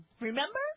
Remember